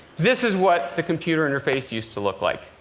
this is what the computer interface used to look like,